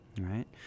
right